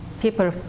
people